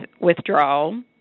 withdrawal